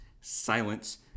Silence